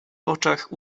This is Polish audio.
oczach